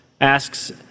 asks